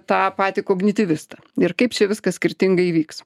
tą patį kognitivistą ir kaip čia viskas skirtingai įvyks